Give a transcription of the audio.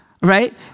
right